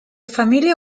familia